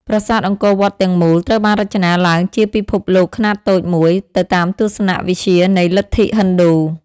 ប្រាសាទអង្គរវត្តទាំងមូល ត្រូវបានរចនាឡើងជាពិភពលោកខ្នាតតូចមួយ ទៅតាមទស្សនៈវិទ្យានៃលទ្ធិហិណ្ឌូ។